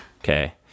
okay